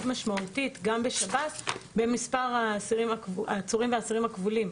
משמעותית גם בשירות בתי הסוהר במספר האסורים והעצירים הכבולים.